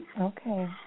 Okay